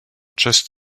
just